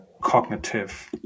cognitive